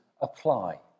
apply